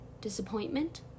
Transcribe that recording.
Disappointment